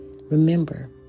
Remember